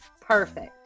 Perfect